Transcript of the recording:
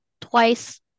twice